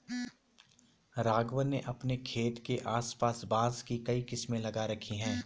राघवन ने अपने खेत के आस पास बांस की कई किस्में लगा रखी हैं